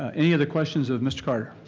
ah any other questions of mr. carter?